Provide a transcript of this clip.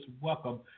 welcome